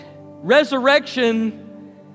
Resurrection